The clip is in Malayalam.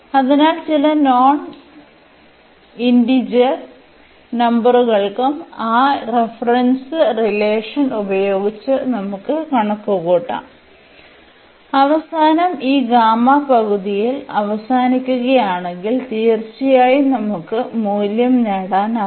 അതിനാൽ ചില നോൺ ഇൻറിജർ നമ്പറുകൾക്കും ആ റഫറൻസ് റിലേഷൻ ഉപയോഗിച്ച് നമുക്ക് കണക്കുകൂട്ടാം അവസാനം ഈ ഗാമാ പകുതിയിൽ അവസാനിക്കുകയാണെങ്കിൽ തീർച്ചയായും നമുക്ക് മൂല്യം നേടാനാകും